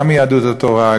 גם מיהדות התורה,